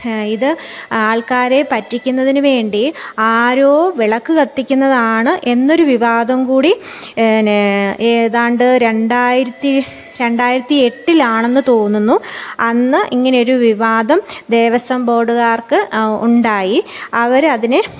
ഇത് ആൾക്കാരെ പറ്റിക്കുന്നതിന് വേണ്ടി ആരോ വിളക്ക് കത്തിക്കുന്നതാണ് എന്നൊരു വിവാദം കൂടി ന് ഏതാണ്ട് രണ്ടായിരത്തി രണ്ടായിരത്തി എട്ടിലാണെന്ന് തോന്നുന്നു അന്ന് ഇങ്ങനൊരു വിവാദം ദേവസ്വം ബോർഡുകാർക്ക് ഉണ്ടായി അവർ അതിനെ